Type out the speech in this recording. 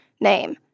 name